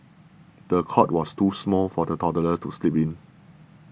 the cot was too small for the toddler to sleep in